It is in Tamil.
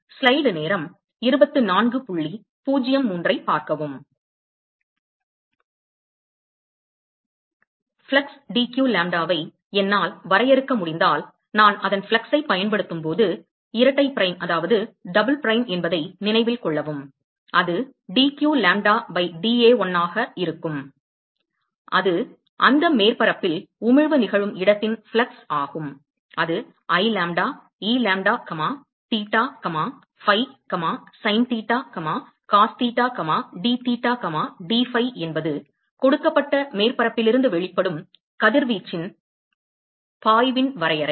ஃப்ளக்ஸ் dq லாம்ப்டாவை என்னால் வரையறுக்க முடிந்தால் நான் அதன் ஃப்ளக்ஸைப் பயன்படுத்தும்போது இரட்டைப் பிரைம் என்பதை நினைவில் கொள்ளவும் அது dq லாம்ப்டா பை dA1 வாக இருக்கும் இது அந்த மேற்பரப்பில் உமிழ்வு நிகழும் இடத்தின் ஃப்ளக்ஸ் ஆகும் அது I lambda e lambda comma theta comma phi sin theta cos theta d theta d phi என்பது கொடுக்கப்பட்ட மேற்பரப்பிலிருந்து வெளிப்படும் கதிர்வீச்சின் பாய்வின் வரையறை